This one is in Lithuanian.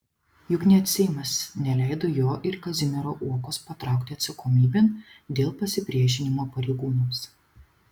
juk net seimas neleido jo ir kazimiero uokos patraukti atsakomybėn dėl pasipriešinimo pareigūnams